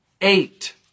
eight